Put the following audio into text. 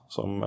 Som